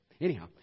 Anyhow